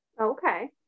Okay